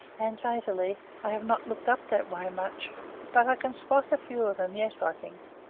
and latterly i have not looked up that way much but i can spot a few of them yet, i think.